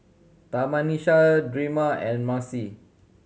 Tamisha Drema and Marcie